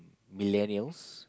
millennial